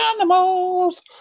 animals